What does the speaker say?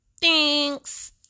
Thanks